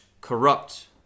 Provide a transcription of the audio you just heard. corrupt